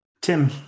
Tim